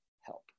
help